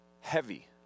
Heavy